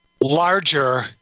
larger